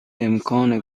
امکان